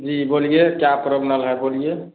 जी बोलिए क्या प्रॉब्लम है बोलिए